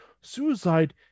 suicide